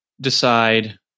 decide